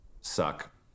suck